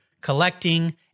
collecting